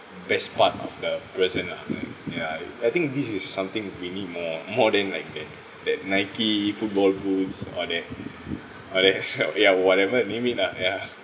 best part of the present ah like ya I think this is something that we need more more than like that that Nike football boots or that or that ya ya whatever you name it lah ya